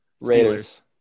Raiders